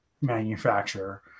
manufacturer